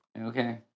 Okay